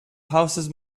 houses